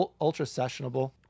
ultra-sessionable